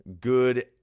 good